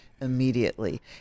immediately